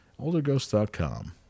Olderghosts.com